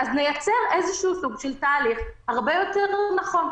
נייצר איזה שהוא סוג של תהליך הרבה יותר נכון.